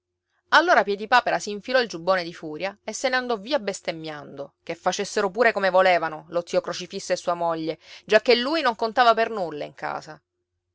può allora piedipapera s'infilò il giubbone di furia e se ne andò via bestemmiando che facessero pure come volevano lo zio crocifisso e sua moglie giacché lui non contava per nulla in casa